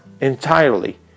entirely